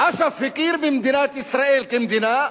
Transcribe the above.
אש"ף הכיר במדינת ישראל כמדינה,